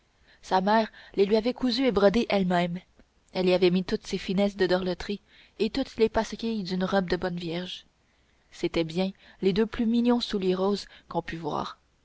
sa mère les lui avait cousus et brodés elle-même elle y avait mis toutes ses finesses de dorelotière et toutes les passequilles d'une robe de bonne vierge c'étaient bien les deux plus mignons souliers roses qu'on pût voir